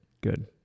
good